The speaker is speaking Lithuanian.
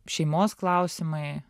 šeimos klausimai